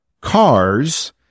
cars